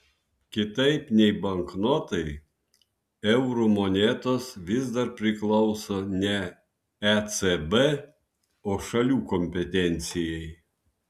kitaip nei banknotai eurų monetos vis dar priklauso ne ecb o šalių kompetencijai